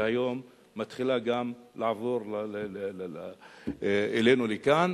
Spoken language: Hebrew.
שהיום מתחילה לעבור אלינו לכאן.